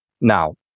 Now